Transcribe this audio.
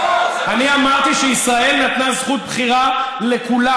אני אמרתי שישראל נתנה זכות בחירה לכולם,